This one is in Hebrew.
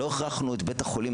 לא הכרחנו את בית החולים.